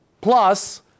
plus